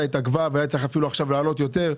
התעכבה ואפילו היה צריך להעלות יותר.